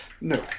No